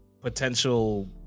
potential